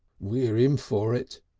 we're in for it,